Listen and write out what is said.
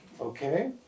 okay